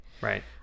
Right